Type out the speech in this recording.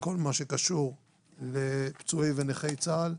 בכל מה שקשור לפצועי ונכי צה"ל.